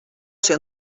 ser